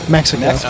Mexico